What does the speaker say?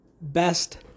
best